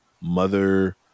mother